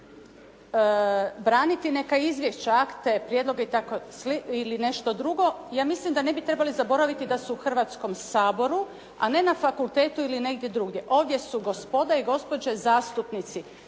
braniti neka izvješća, akte, prijedloge ili nešto drugo, ja mislim da ne bi trebali zaboraviti da su u Hrvatskom saboru a ne na fakultetu ili negdje drugdje, ovdje su gospoda i gospođe zastupnici